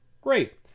Great